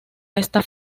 esta